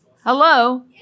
Hello